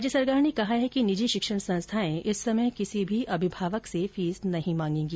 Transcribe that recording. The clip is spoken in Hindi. राज्य सरकार ने कहा है कि निजी शिक्षण संस्थाएं इस समय किसी भी अभिभावक से फीस नहीं मांगेगी